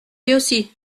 aussi